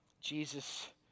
Jesus